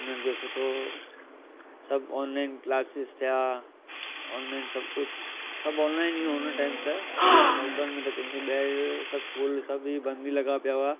उन्हनि खे सुठो सभु ऑनलाइन क्लासिस थिया ऑनलाइन सभु कुझु सभु ऑनलाइन ई हुओ उन टाइम त लॉकडाउन में त कंहिंखें ॿाहिरि सभु स्कूल सभी बंदि ई लॻा पिया हुआ